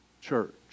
church